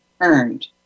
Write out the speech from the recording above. earned